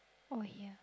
or here